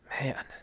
Man